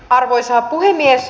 arvoisa puhemies